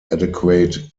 adequate